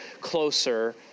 closer